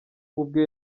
ubwe